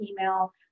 email